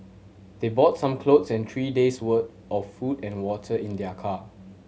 they brought some clothes and three days' worth of food and water in their car